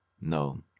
No